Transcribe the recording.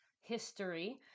history